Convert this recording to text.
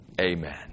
Amen